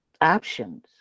options